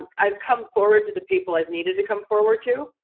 i've come forward to the people i've needed to come forward to,